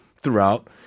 throughout